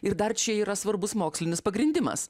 ir dar čia yra svarbus mokslinis pagrindimas